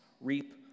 reap